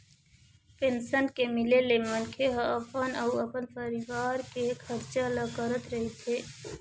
pension के मिले ले मनखे ह अपन अउ अपन परिवार के खरचा ल करत रहिथे